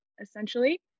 essentially